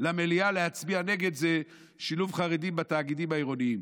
למליאה להצביע נגד זה שילוב חרדים בתאגידים העירוניים.